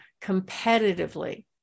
competitively